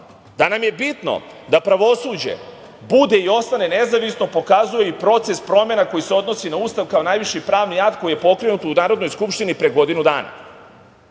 Da nam je bitno da pravosuđe bude i ostane nezavisno pokazuje i proces promena koji se odnosi na Ustav kao najviši pravni akt koji je pokrenut u Narodnoj skupštini pre godinu dana. Mi